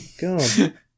God